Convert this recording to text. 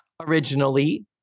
Originally